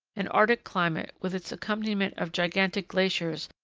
an arctic climate, with its accompaniment of gigantic glaciers,